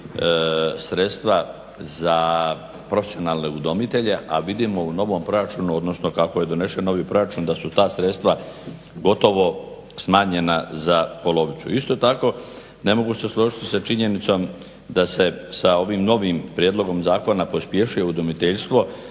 sredstva za profesionalne udomitelje, a vidimo u novom proračunu odnosno kako je donesen novi proračun da su ta sredstva gotovo smanjena za polovicu. Isto tako ne mogu se složiti sa činjenicom da se sa ovim novim prijedlogom zakona pospješuje udomiteljstvo